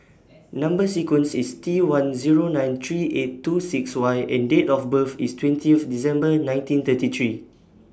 Number sequence IS T one Zero nine three eight two six Y and Date of birth IS twentieth December nineteen thirty three